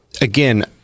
again